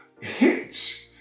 hits